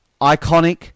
iconic